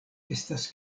estas